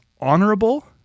honorable